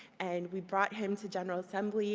and we brought him to general assembly